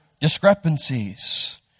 discrepancies